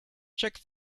check